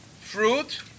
fruit